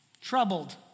troubled